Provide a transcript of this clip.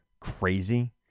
Crazy